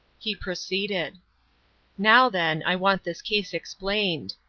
he proceeded now, then, i want this case explained.